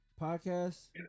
podcast